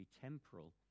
temporal